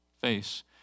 face